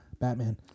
Batman